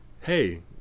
hey